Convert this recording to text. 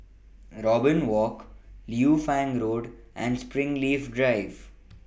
Robin Walk Liu Fang Road and Springleaf Drive